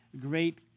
great